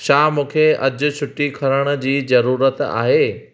छा मूंखे अॼु छुटी खणण जी ज़रूरत आहे